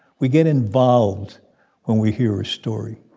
we get involved when we hear a story.